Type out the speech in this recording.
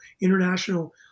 International